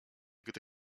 gdy